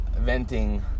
venting